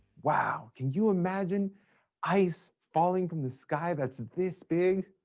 wow, can you imagine ice falling from the sky that's this big?